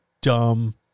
dumb